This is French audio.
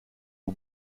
aux